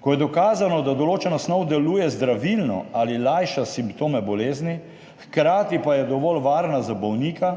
Ko je dokazano, da določena snov deluje zdravilno ali lajša simptome bolezni, hkrati pa je dovolj varna za bolnika